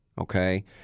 okay